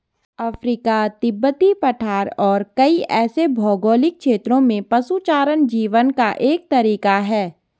Africa, तिब्बती पठार और कई ऐसे भौगोलिक क्षेत्रों में पशुचारण जीवन का एक तरीका है